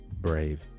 Brave